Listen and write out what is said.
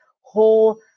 whole